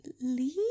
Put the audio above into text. leave